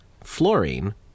fluorine